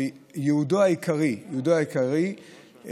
הם קווים שייעודם העיקרי הוא הבאת